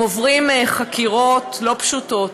הם עוברים חקירות לא פשוטות,